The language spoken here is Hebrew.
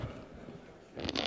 מתכבד